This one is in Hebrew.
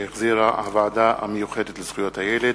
שהחזירה הוועדה לזכויות הילד,